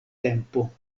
tempo